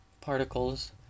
particles